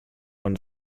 won